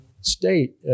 state